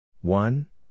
one